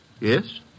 Yes